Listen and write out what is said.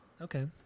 Okay